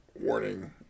warning